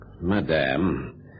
Madame